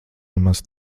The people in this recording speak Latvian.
nemaz